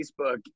Facebook